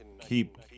keep